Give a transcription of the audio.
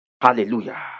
Hallelujah